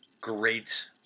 great